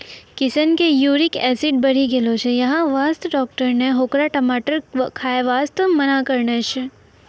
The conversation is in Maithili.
किशन के यूरिक एसिड बढ़ी गेलो छै यही वास्तॅ डाक्टर नॅ होकरा टमाटर खाय वास्तॅ मना करनॅ छै